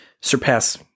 surpass